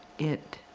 it